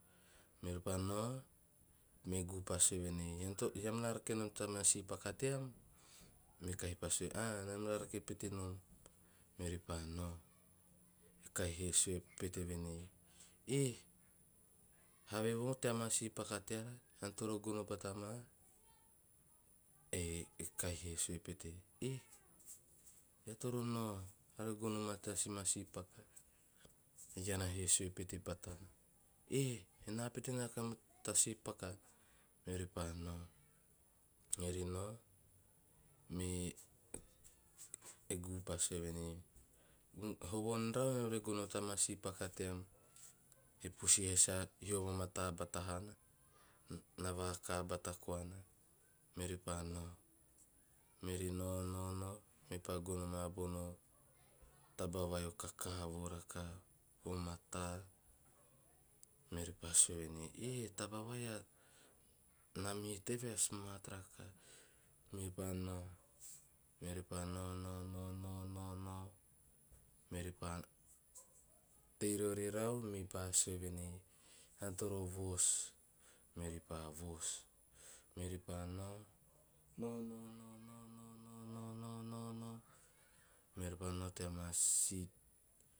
Meori pa nao me guu pa sue venei," ah nam na rake pete nom", meori pa nao e kahi sue pete venei, "eh havevo teama sii paka teara? Ean toro gono bata maa." Eh kahi he sue pete "he eara toro nao eara re gono maa tama sii paka." E iana he sue pete batana "eh ena pete na rake nom ta sii paka," meori pa nao meori nao. Me e guu pa sue venei "hovo en rau eam re gonoo tama sii paka team" e puisi he sa hio vamata bata haana na vaaka bata koana. Meori pa nao. Meori nao me a gum pa sue venei "horo ean ran eam ra gono tama sii paka team", e puisi ha sa hio vamata bata naana na vakaa bata kona. Meori pa nao meori nao nao nao, meori pa gono maa bona taba vai i kakavo rakaha o mataa. Meori pa sue venei," eh o taba vai a mamihi teve o smat rakaha", me pa nao, meori pa nao nao nao nao. Meori pa tei rori rau mepa sue venei, "ean toro voos, meori pa voos", meori pa nao nao nao nao nao, meori pano teama sii